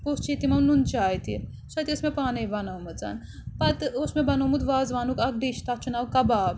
پوٚتُس چے تِمو نُن چاے تہِ سۄ تہِ ٲس مےٚ پانَے بَنٲومٕژ پَتہٕ اوس مےٚ بَنومُت وازوانُک اَکھ ڈِش تَتھ چھُ ناو کَباب